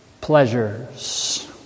pleasures